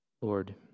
Lord